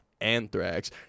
anthrax